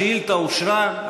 השאילתה אושרה,